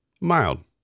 Mild